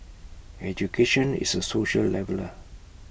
education is A social leveller